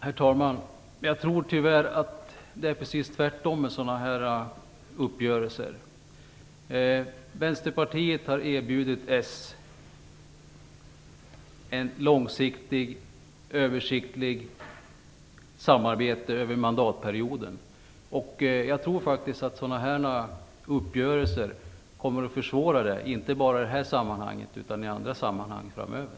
Herr talman! Jag tror tyvärr att det är precis tvärtom med sådana här uppgörelser. Vänsterpartiet har erbjudit Socialdemokraterna ett långsiktigt översiktligt samarbete över mandatperioden. Jag tror faktiskt att sådana här uppgörelser kommer att försvåra det samarbetet, inte bara i det här sammanhanget, utan i andra sammanhang framöver.